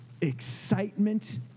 excitement